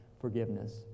forgiveness